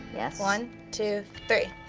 yes. one, two, three.